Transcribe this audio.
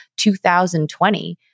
2020